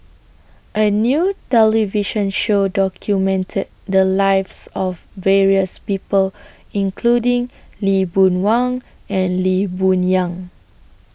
A New television Show documented The Lives of various People including Lee Boon Wang and Lee Boon Yang